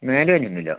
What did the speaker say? മേല് വേദനയൊന്നുമില്ല